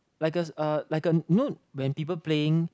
like a uh like a you know when people playing